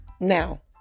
Now